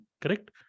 Correct